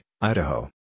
Idaho